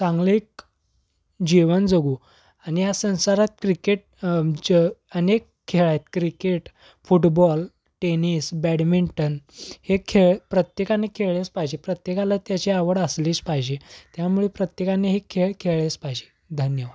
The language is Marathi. चांगले एक जीवन जगू आणि या संसारात क्रिकेट ज अनेक खेळ आहेत क्रिकेट फुटबॉल टेनिस बॅडमिंटन हे खेळ प्रत्येकाने खेळलेच पाहिजे प्रत्येकाला त्याची आवड असलीच पाहिजे त्यामुळे प्रत्येकाने हे खेळ खेळलेच पाहिजे धन्यवाद